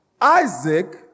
Isaac